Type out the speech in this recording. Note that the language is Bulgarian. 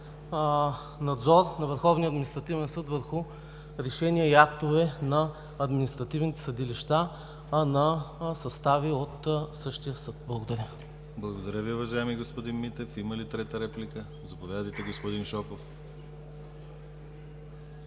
надзор на Върховния административен съд върху решения и актове на административните съдилища, а на състави от същия съд. Благодаря. ПРЕДСЕДАТЕЛ ДИМИТЪР ГЛАВЧЕВ: Благодаря Ви, уважаеми господин Митев. Има ли трета реплика? Заповядайте, господин Шопов.